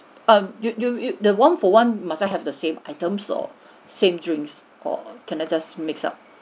err you you you the one for one must have the same items or same drinks or can I just mix up